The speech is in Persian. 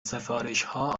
سفارشها